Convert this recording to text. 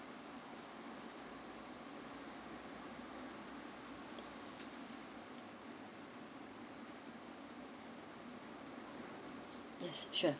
yes sure